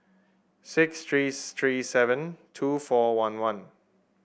six three three seven two four one one